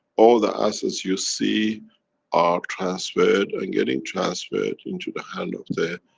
all the assets you see are transfered and getting transfered, into the hand of the,